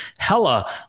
Hella